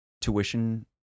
Tuition